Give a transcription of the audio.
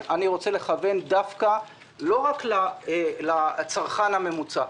אני רוצה לכוון דווקא לא רק לצרכן הממוצע.